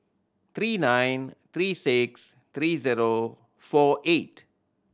three nine three six three zero four eight